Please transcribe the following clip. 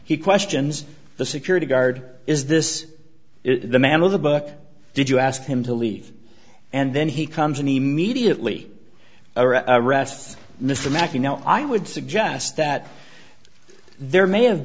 he questions the security guard is this is the man with the buck did you ask him to leave and then he comes and he mediately arrests mr makki now i would suggest that there may have